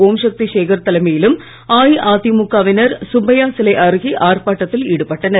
ஓம்சக்தி சேகர் தலைமையிலும் அஇஅதிமுகவினர் சுப்பையா சிலை அருகே ஆர்ப்பாட்டத்தில் ஈடுபட்டனர்